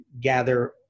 gather